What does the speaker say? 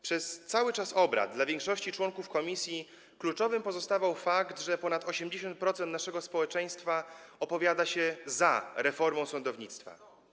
Przez cały czas obrad dla większości członków komisji kluczowy pozostawał fakt, że ponad 80% naszego społeczeństwa opowiada się za reformą sądownictwa.